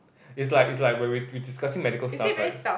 it's like it's like when we we discussing medical stuff right